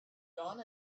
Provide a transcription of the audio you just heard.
dawn